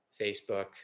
Facebook